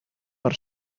per